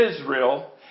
Israel